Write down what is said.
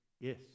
yes